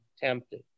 tempted